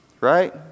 right